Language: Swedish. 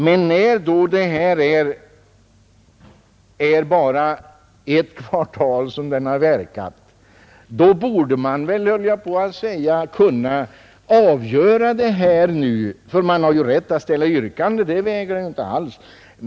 Men eftersom denna reform bara verkat ett kvartal borde man väl kunna avgöra detta nu. Man har ju rätt att ställa yrkanden, det förnekar jag inte alls.